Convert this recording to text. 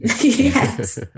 Yes